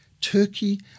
Turkey